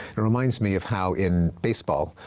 it reminds me of how, in baseball,